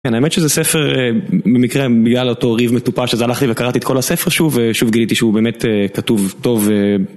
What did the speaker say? כן, האמת שזה ספר במקרה בגלל אותו ריב מטופש, אז הלכתי וקראתי את כל הספר שוב ושוב גיליתי שהוא באמת כתוב טוב.